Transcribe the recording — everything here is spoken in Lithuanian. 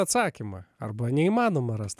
atsakymą arba neįmanoma rast